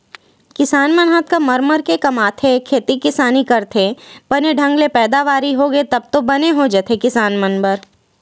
किसान मन ह अतका अतका मर मर के कमाथे खेती किसानी करथे बने ढंग ले पैदावारी होगे तब तो बने हो जाथे किसान मन बर